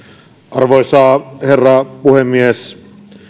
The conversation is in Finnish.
arvoisa herra puhemies